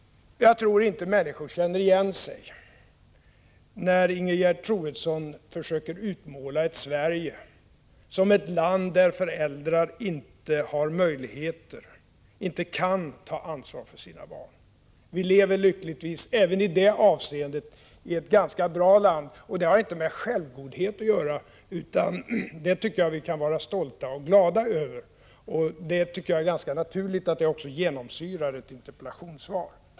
Jag tror inte att människor känner igen sig när Ingegerd Troedsson försöker utmåla Sverige som ett land där föräldrar inte har möjligheter att ta ansvar för sina barn. Vi lever lyckligtvis även i det avseendet i ett ganska bra land. Det konstaterandet har inte med självgodhet att göra, utan jag tycker detta är något som vi kan vara stolta och glada över, och det är också naturligt att det genomsyrar mitt interpellationssvar.